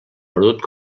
perdut